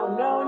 no